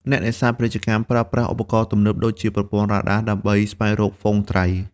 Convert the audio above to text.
អ្នកនេសាទពាណិជ្ជកម្មប្រើប្រាស់ ឧបករណ៍ទំនើប ដូចជាប្រព័ន្ធរ៉ាដាដើម្បីស្វែងរកហ្វូងត្រី។